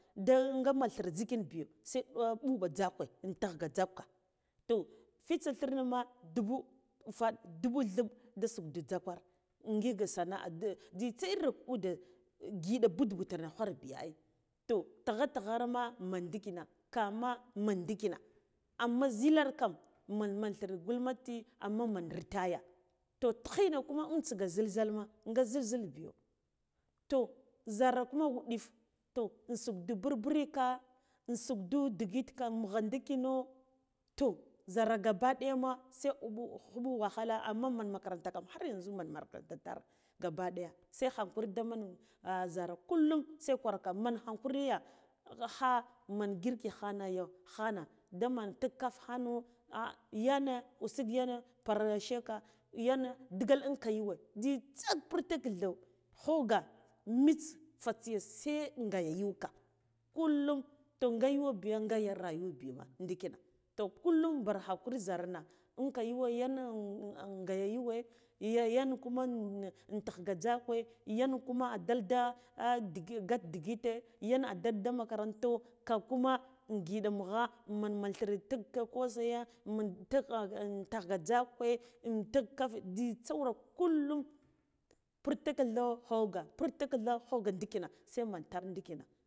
Da nga man thire zhikin biyo se bu mɓuɓa tsa jzakwe intighka jzakwa toh fitsa thirma dubu ufaɗ dubu dhilb da sukda jzakwara ngik sana'a da nzitsa iri ude ngiɗa but butena ghwar biya ai toh tagha ta gher ma man dikina ka ma man dikina amma zhilarakam man man thira gomnati amma man retire toh tikhina kuma umtsign zhilzhal ma ga zhilzhil biyo toh zhara kuma wuɗif toh unsukda burburika unsukdu digit ka mugha ndikino toh zhara gaba ɗayama se uɓu khuɓu wahala amma man makaranta kam haryanzu man markaranta tar gaba ɗaya se hankuri damna ah zhara kullum se kwarka man hakuri ye kha man girki khana yau khana daman tik kafa hano ah yane usuk yane karasheka yine digal unka yuwe nzitsa purtiladho khoga mits fatsiya se ngaya yuka kullum toh nga yuwe bi nga rayuwabi ndikina toh kullum bar hakuri zharna unka yuwe yare gaye yuwe yane kuma in intighka jzakwe yane kuma adalde gata digi gat digite yane adalda makaranto ka kuma ingiɗa mugha man man thire tukka kose ye man tugh taghga jzakwe intuk kafe jzitse wura kullum purtik tha hogo purtiktha hogon ndikina se men tare ndikina